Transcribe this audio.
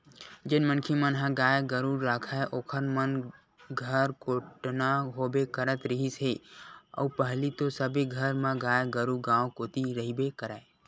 जेन मनखे मन ह गाय गरु राखय ओखर मन घर कोटना होबे करत रिहिस हे अउ पहिली तो सबे घर म गाय गरु गाँव कोती रहिबे करय